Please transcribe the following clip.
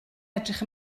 edrych